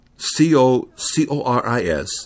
C-O-C-O-R-I-S